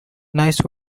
nice